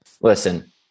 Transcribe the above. listen